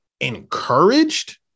encouraged